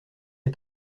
ces